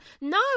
no